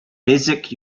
basic